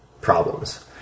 problems